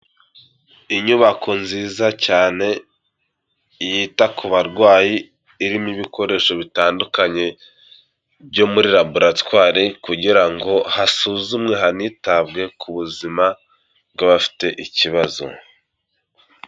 Inyubako nziza cyane yita ku barwayi, irimo ibikoresho bitandukanye byo muri laboratwari kugira ngo hasuzumwe hanitabwe ku buzima bw'abafite ikibazo.